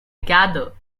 gather